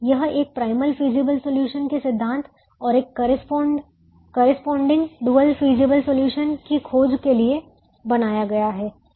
यह एक primal feasible solution के सिद्धांत और एक करेस्पॉन्ड ड्युअल फिजिबल सॉल्यूशन की खोज के लिए बनाया गया है